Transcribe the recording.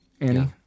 Annie